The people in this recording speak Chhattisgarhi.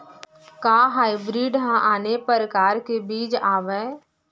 का हाइब्रिड हा आने परकार के बीज आवय?